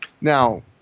Now